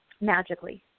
magically